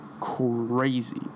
crazy